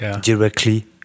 directly